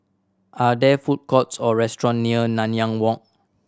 are there food courts or restaurant near Nanyang Walk